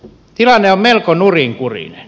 tilanne on melko nurinkurinen